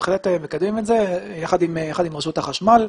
בהחלט נקדם את זה יחד עם רשות החשמל.